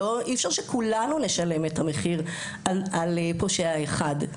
אי-אפשר שכולנו נשלם את המחיר על פושע אחד.